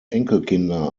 enkelkinder